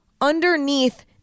underneath